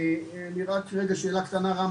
אני רק שנייה רגע שאלה קטנה רם,